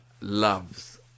loves